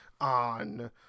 on